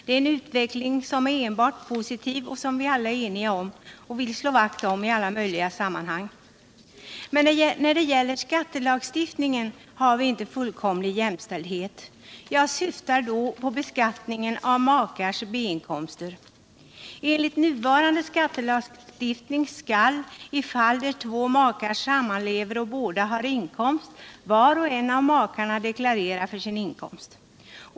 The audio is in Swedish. Det är en utveckling som är enbart positiv och som vi alla är eniga om och vill slå vakt om i alla sammanhang. Men när det gäller skattelagstiftningen har vi inte fullkomlig jämställdhet. Jag syftar då på beskattningen av makars B-inkomster. Enligt nuvarande skattelagstiftning skall, i fall där två makar sammanlever och båda har inkomst, var och en av makarna deklarera för sin inkomst.